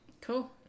cool